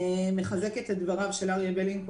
אני מחזקת את דבריו של אריה בלינקו